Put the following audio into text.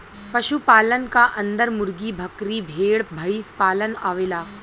पशु पालन क अन्दर मुर्गी, बकरी, भेड़, भईसपालन आवेला